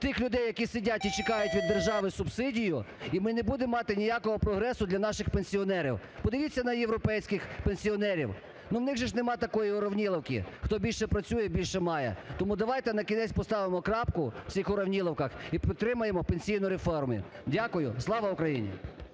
тих людей, які сидять і чекають від держави субсидію, і ми не будемо мати ніякого прогресу для наших пенсіонерів. Подивіться на європейських пенсіонерів. Ну, в них же ж нема такої "уравніловки": хто більше працює – більше має. Тому давайте накінець поставимо крапку в цих "уравніловках" і підтримаємо пенсійну реформу. Дякую. Слава Україні!